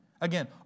Again